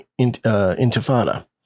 Intifada